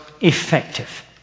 Effective